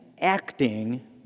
acting